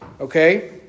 okay